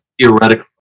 theoretical